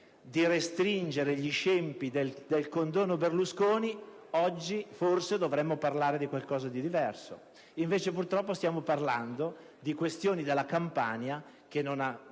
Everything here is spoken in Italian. di restringere gli scempi del condono Berlusconi, oggi forse dovremmo parlare di qualcosa di diverso. Invece, purtroppo, stiamo parlando della Campania che non ha